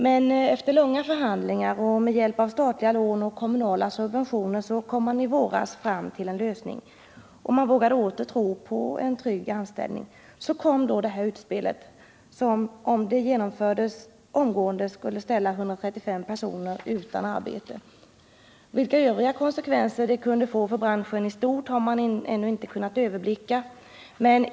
Men efter långa förhandlingar och med hjälp av statliga lån och kommunala 17 subventioner kom man i våras fram till en lösning. Man vågade åter tro på en trygg anställning. Så kommer då detta utspel, som —- om det genomfördes —- omgående skulle ställa 135 personer utan arbete. Vilka övriga konsekvenser det kunde få för branschen i stort har man ännu inte kunnat överblicka.